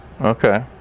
Okay